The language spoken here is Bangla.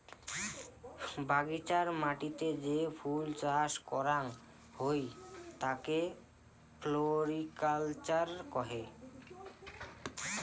বাগিচার মাটিতে যে ফুল চাস করাং হই তাকে ফ্লোরিকালচার কহে